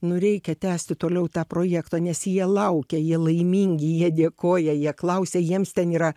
nu reikia tęsti toliau tą projektą nes jie laukia jie laimingi jie dėkoja jie klausia jiems ten yra